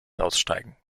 aussteigen